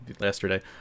yesterday